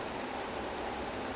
ya he's he's good